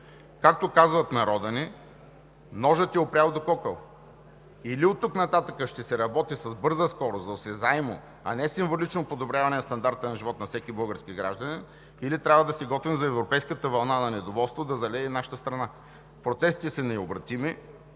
Както казва народът ни: ножът е опрял до кокала. Или оттук нататък ще се работи с бърза скорост за осезаемо, а не символично подобряване на стандарта на живот на всеки български гражданин, или трябва да се готвим европейската вълна на недоволство да залее и нашата страна. Процесите са необратими